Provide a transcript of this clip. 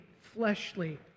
fleshly